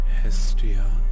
Hestia